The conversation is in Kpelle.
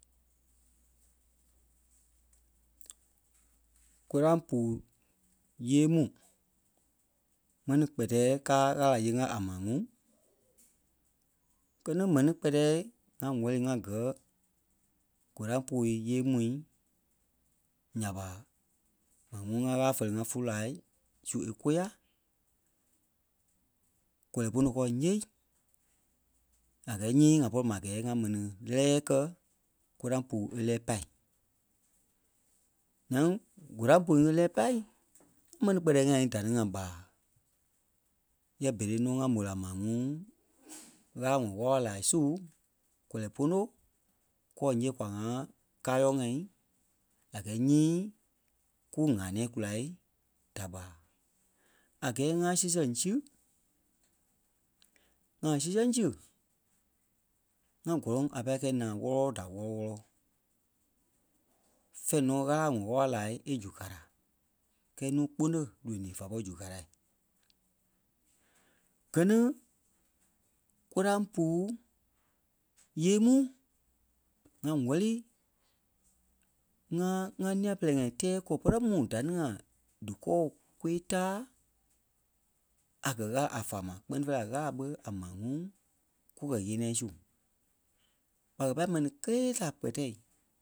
Koraŋ puu nyéei mu mɛni kpɛtɛɛ káa Ɣâla nyee-ŋa a maa ŋuŋ. Gɛ́ ni mɛni kpɛtɛɛ ŋa wɛ́li ŋa gɛ̀ goraŋ puu yêei mu nyaa ɓa maa ŋuŋ ŋa Ɣâla fɛli ŋa fúlu-laai su é kôya, kɔlɔi pono kɔɔ ńyêei a gɛɛ nyii ŋa pɔri maa a gɛɛ ŋa mɛni lɛ́lɛɛ kɛ́ koraŋ puu é lɛ́ɛ pâi. Ńyaŋ góraŋ buu ŋí é lɛ́ɛ pâi ŋa ḿɛni kpɛtɛɛ ŋai da ni ŋa ɓa nyɛɛ berei nɔ́ ŋa mó la maa ŋuŋ Ɣâla ŋɔ wala wala laai su, kɔlɔi pono kɔɔ ńyêei kwa ŋa káa-yɔɔ-ŋai a̍ gɛɛ nyii kú ŋa nɛ̃ɛ kulaa da ɓa a gɛɛ ŋa sii sɛŋ si; ŋa sii sɛŋ zi ŋa kɔlɔŋ a pâi kɛ̂i naa wɔ́lɔ-wɔlɔ da wɔlɔ-wɔlɔ. Fɛ̂ɛ nɔ́ Ɣâla wɔ̂ wála wala laai é zu kala kɛɛ nuu-kpune lônii fá pɔri zu kala. Gɛ́ ni kóraŋ puu nyéei mu ŋa wɛ́li ŋa ŋá nîa-pɛlɛɛ-ŋai tɛ́ɛ kɔlɔi pɛrɛ mu da ni ŋai dí kɔɔ kwii-taa a kɛ̀ Ɣâla a fâa ma kpɛ́ni fêi la Ɣâla ɓé a maa ŋuŋ kukɛ ɣeniɛi su. ɓa kɛ pâi mɛni kelee da kpɛ́tɛ,